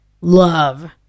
love